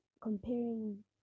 comparing